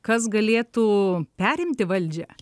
kas galėtų perimti valdžią